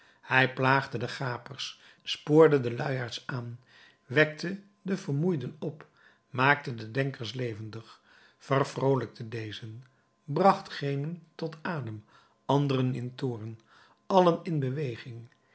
hij plaagde de gapers spoorde de luiaards aan wekte de vermoeiden op maakte de denkers levendig vervroolijkte dezen bracht genen tot adem anderen in toorn allen in beweging